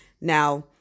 Now